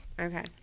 Okay